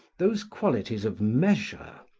those qualities of measure,